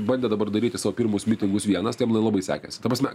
bandė dabar daryti savo pirmus mitingus vienas tai jam nelabai sekėsi ta prasme